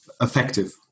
effective